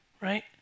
right